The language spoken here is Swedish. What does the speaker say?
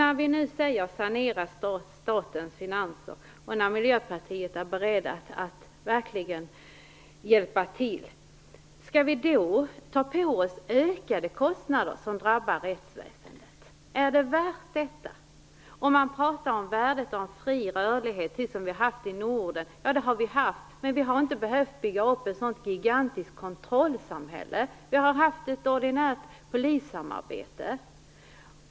När det nu talas om att sanera statens finanser och när vi i Miljöpartiet verkligen är berett att hjälpa till, skall vi då ta på oss ökade kostnader som drabbar rättsväsendet? Är det värt detta? Man pratar om värdet av fri rörlighet som den vi haft i Norden. Ja, en sådan har vi haft. Men vi har inte behövt bygga upp ett så gigantiskt kontrollsamhälle, utan vi har haft ett ordinärt polissamarbete.